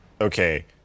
okay